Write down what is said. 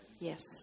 Yes